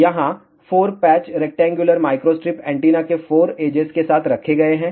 यहां 4 patch rectangular microstrip antenna के 4 edges के साथ रखे गए हैं